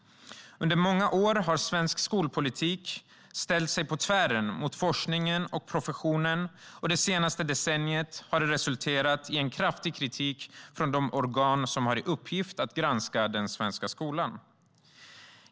Under många år har svensk skolpolitik ställt sig på tvären mot forskningen och professionen, och det senaste decenniet har det resulterat i kraftig kritik från de organ som har i uppgift att granska den svenska skolan.